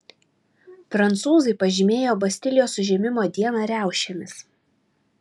prancūzai pažymėjo bastilijos užėmimo dieną riaušėmis